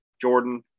Jordan